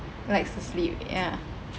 likes to sleep ya